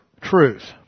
truth